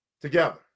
together